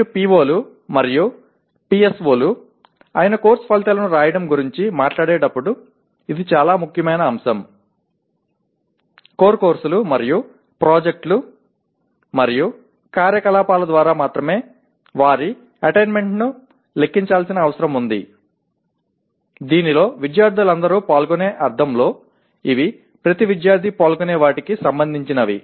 మీరు PO లు మరియు PSO లు అయిన కోర్సు ఫలితాలను వ్రాయడం గురించి మాట్లాడేటప్పుడు ఇది చాలా ముఖ్యమైన అంశం కోర్ కోర్సులు మరియు ప్రాజెక్టులు మరియు కార్యకలాపాల ద్వారా మాత్రమే వారి అటైన్మెంట్ను లెక్కించాల్సిన అవసరం ఉంది దీనిలో విద్యార్థులందరూ పాల్గొనే అర్థంలో ఇవి ప్రతి విద్యార్థి పాల్గొనే వాటికి సంబంధించినవి